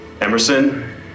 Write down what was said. Emerson